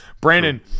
Brandon